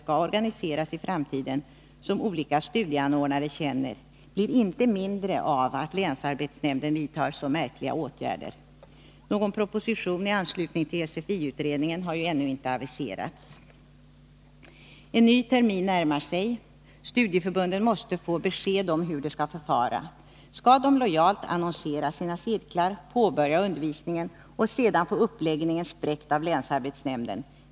SS z organiseras i framtiden som olika studieanordnare känner blir inte mindre av att länsarbetsnämnden vidtar så märkliga åtgärder. Någon proposition med anledning av SFI-utredningen har ännu inte aviserats. En ny termin närmar sig. Studieförbunden måste få besked om hur de skall förfara. Skall de lojalt annonsera sina cirklar, påbörja undervisningen och sedan få uppläggningen spräckt av länsarbetsnämnden?